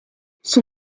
son